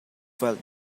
felt